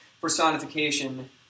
personification